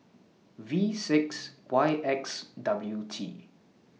V six Y X W T